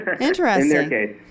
Interesting